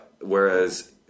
Whereas